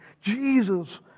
Jesus